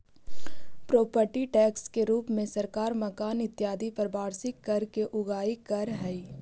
property tax के रूप में सरकार मकान इत्यादि पर वार्षिक कर के उगाही करऽ हई